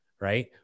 right